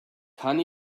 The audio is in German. kann